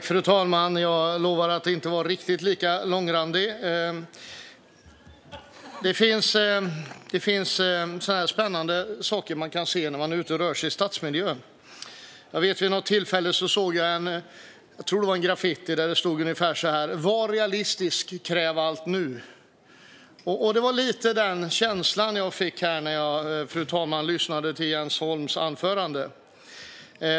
Fru talman! Jag lovar att inte vara riktigt lika långrandig. Det finns spännande saker som man kan se när man är ute och rör sig i stadsmiljö. Vid något tillfälle såg jag en graffiti där det stod ungefär: Var realistisk. Kräv allt nu! Det var lite av den känslan som jag fick när jag lyssnade på Jens Holms anförande.